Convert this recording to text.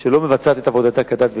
שלא מבצעת את עבודתה כדת וכדין,